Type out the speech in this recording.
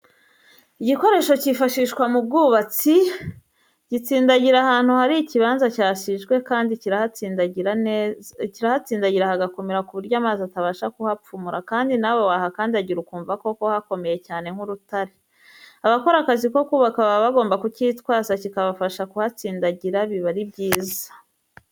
Igikoresho cyifashishwa mu bwubatsi, gitsindagira ahantu hari ikibanza cyasijijwe, kandi kirahatsindagira hagakomera ku buryo amazi atabasha kuhapfumura kandi nawe wahakandagira ukumva koko hakomeye cyane nk'urutare. Abakora akazi ko kubaka baba bagomba kukitwaza kikabafasha kuhatsindagira biba ari byiza.